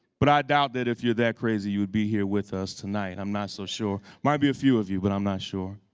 but i doubt that if you're that crazy you would be here with us tonight. i'm not so sure maybe a few of you but i'm not sure.